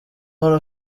uhora